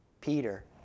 Peter